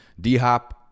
D-hop